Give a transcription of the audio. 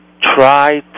Try